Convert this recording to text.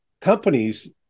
companies